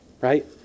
right